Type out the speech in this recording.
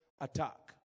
attack